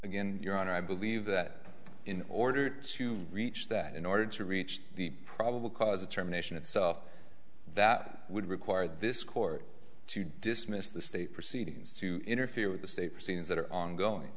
again your honor i believe that in order to reach that in order to reach the probable cause determination itself that would require this court to dismiss the state proceedings to interfere with the state's scenes that are ongoing